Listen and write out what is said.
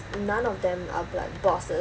none of them are like bosses